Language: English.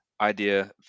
idea